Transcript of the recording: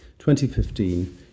2015